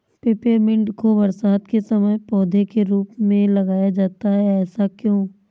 Peppermint को बरसात के समय पौधे के रूप में लगाया जाता है ऐसा क्यो?